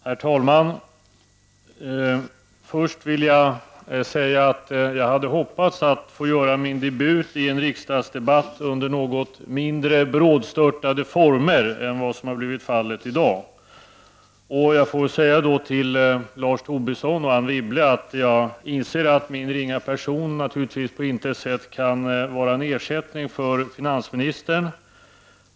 Herr talman! Först vill jag säga att jag hade hoppats att få göra min debut i en riksdagsdebatt under något mindre brådstörtade former än vad som har blivit fallet i dag. Jag får säga till Lars Tobisson och Anne Wibble att jag inser att min ringa person naturligtvis på intet sätt kan vara en ersättning för finansministern.